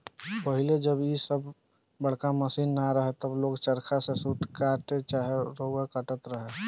पहिले जब इ सब बड़का मशीन ना रहे तब लोग चरखा से सूत चाहे रुआ काटत रहे